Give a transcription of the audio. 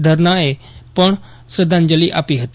ધર્નાઆએ પપ્ત શ્રધ્ધાંજલિ આપી હતી